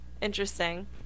Interesting